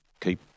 keep